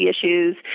issues